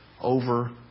over